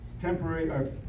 temporary